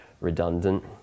redundant